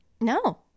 No